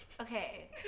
okay